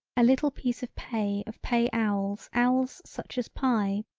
a little piece of pay of pay owls owls such as pie,